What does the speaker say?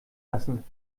lassen